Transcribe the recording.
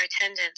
attendance